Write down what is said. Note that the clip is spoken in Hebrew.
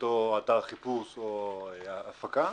אותו אתר חיפוש או הפקה,